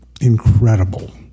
incredible